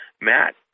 Matt